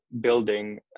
building